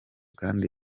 kandi